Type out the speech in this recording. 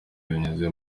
binyuze